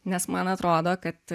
nes man atrodo kad